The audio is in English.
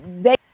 they-